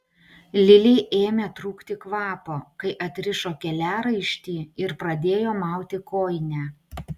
lilei ėmė trūkti kvapo kai atrišo keliaraištį ir pradėjo mauti kojinę